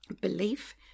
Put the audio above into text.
belief